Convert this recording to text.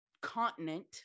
continent